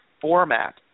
format